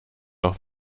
auch